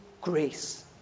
grace